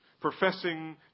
Professing